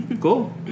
Cool